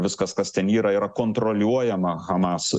viskas kas ten yra yra kontroliuojama hamas